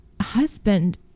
husband